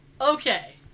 Okay